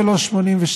ולא ב-82'